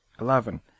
Eleven